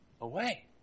away